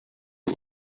you